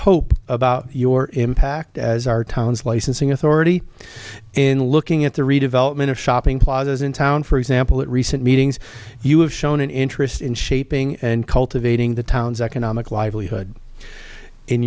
hope about your impact as our town's licensing authority in looking at the redevelopment of shopping plazas in town for example at recent meetings you have shown an interest in shaping and cultivating the town's economic livelihood in